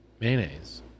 mayonnaise